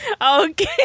Okay